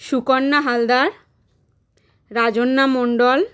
Sukanya Haldar Rajanya Mondal